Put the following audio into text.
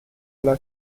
alla